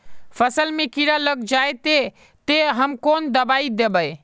फसल में कीड़ा लग जाए ते, ते हम कौन दबाई दबे?